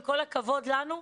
אבל עם כל הכבוד לנו,